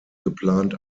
geplant